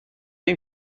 ایم